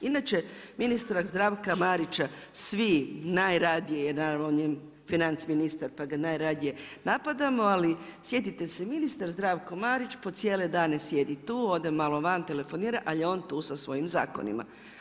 Inače ministra Zdravka Marića svi, najradije jer naravno on je financija ministar, pa ga najradije napadamo, ali sjetite se ministar Zdravko Marić po cijele dane sjedi tu, ode malo van, telefonira, ali je on tu sa svojim zakonima.